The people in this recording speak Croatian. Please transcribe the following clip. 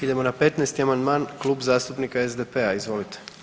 Idemo na 15. amandman, Klub zastupnika SDP-a, izvolite.